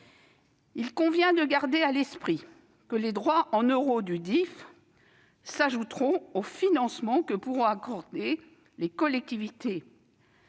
Il convient de garder à l'esprit que les droits en euros du DIFE s'ajouteront aux financements que pourront accorder les collectivités